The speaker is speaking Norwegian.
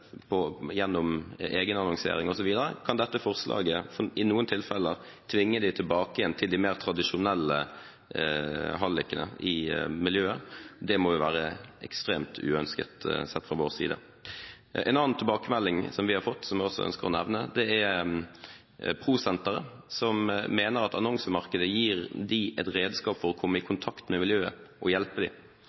kan dette forslaget i noen tilfeller tvinge dem tilbake igjen til de mer tradisjonelle hallikene i miljøet. Det må jo være ekstremt uønsket sett fra vår side. En annen tilbakemelding vi har fått, som jeg også ønsker å nevne, er fra Pro Sentret, som mener at annonsemarkedet gir dem et redskap for å komme i kontakt med miljøet og hjelpe